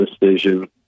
decision